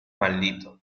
maldito